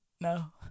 no